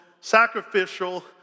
sacrificial